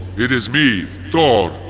it is me, thor!